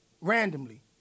Randomly